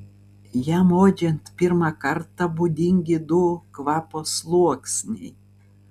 jam uodžiant pirmą kartą būdingi du kvapo sluoksniai